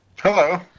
Hello